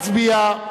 נא להצביע.